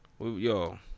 Yo